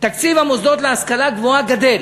תקציב המוסדות להשכלה גבוהה גדל.